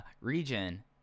region